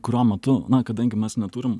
kurio metu na kadangi mes neturim